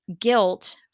guilt